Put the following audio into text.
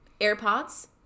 AirPods